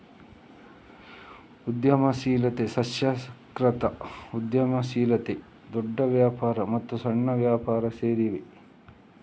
ಉದ್ಯಮಶೀಲತೆ, ಸಾಂಸ್ಕೃತಿಕ ಉದ್ಯಮಶೀಲತೆ, ದೊಡ್ಡ ವ್ಯಾಪಾರ ಮತ್ತು ಸಣ್ಣ ವ್ಯಾಪಾರ ಸೇರಿವೆ